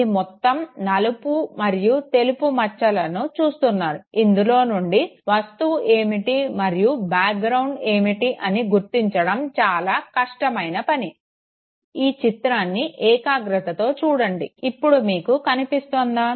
ఇది మొత్తం నలుపు మరియు తెలుపు మచ్చలను చూస్తున్నారు ఇందులో నుండి వస్తువు ఏమిటి మరియు బ్యాక్ గ్రౌండ్ ఏమిటి అని గుర్తిచడం చాలా కస్టమైన పని ఈ చిత్రాన్ని ఏకాగ్రతతో చూడండి ఇప్పుడు మీకు కనిపిస్తోందా